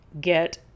get